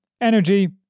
energy